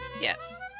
yes